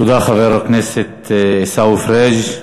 תודה, חבר הכנסת עיסאווי פריג'.